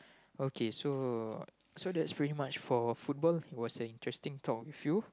okay so so that's pretty much for football it was an interesting talk with you